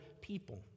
people